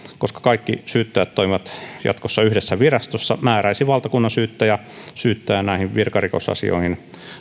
koska kaikki syyttäjät toimivat jatkossa yhdessä virastossa määräisi valtakunnansyyttäjä syyttäjän näihin virkarikosasioihin